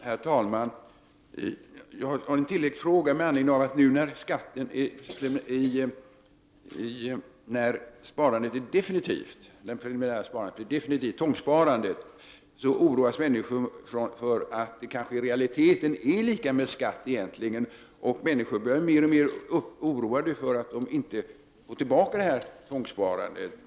Herr talman! Jag har en tilläggsfråga. Nu när det preliminära sparandet, tvångssparandet, blir definitivt, oroas människor för att det i realiteten kanske är lika med skatt. Människor börjar bli mer och mer oroade för att de inte skall få tillbaka dessa tvångssparade pengar.